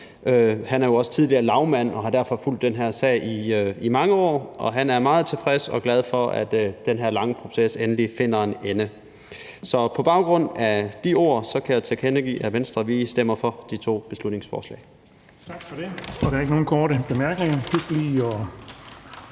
Han er jo tidligere lagmand og har derfor fulgt den her sag i mange år, og han er meget tilfreds med og glad for, at den her lange proces endelig finder en ende. Så på baggrund af de ord kan jeg tilkendegive, at Venstre stemmer for de to beslutningsforslag.